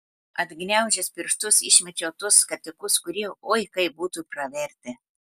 atgniaužęs pirštus išmečiau tuos skatikus kurie oi kaip būtų pravertę